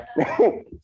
Okay